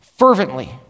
Fervently